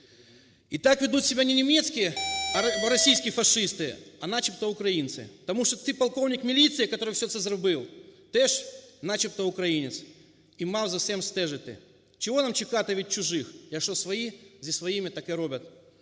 І так ведуть себе не німецькі, а російські фашисти, а начебто українці. Тому що той полковник міліції, який все це зробив, теж начебто українець і мав за всім стежити. Чого нам чекати від чужих, якщо свої зі своїми таке роблять.